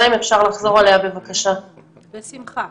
בחינה שנעשית מדי שנה היא איננה בחזקת תיקונים או שינויים של החוק,